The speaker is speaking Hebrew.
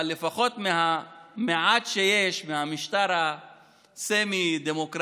אבל לפחות מהמעט שיש מהמשטר הסמי-דמוקרטי,